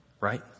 Right